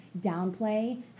downplay